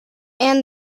and